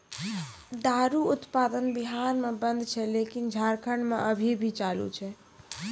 दारु उत्पादन बिहार मे बन्द छै लेकिन झारखंड मे अभी भी चालू छै